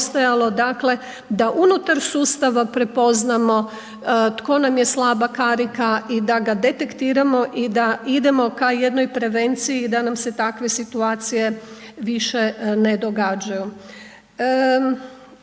dakle da unutar sustava prepoznamo to nam je slaba karika i da ga detektiramo i da idemo ka jednoj prevenciji da nam se takve situacije više ne događaju.